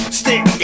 stick